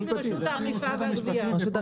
הוא חלק מרשות האכיפה והגבייה.